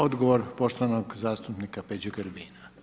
Odgovor poštovanog zastupnika Peđe Grbina.